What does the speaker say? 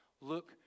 look